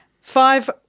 Five